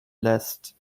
lässt